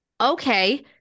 Okay